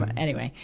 but anyway,